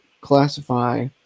classify